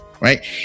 right